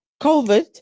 COVID